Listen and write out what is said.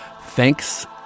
Thanks